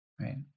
right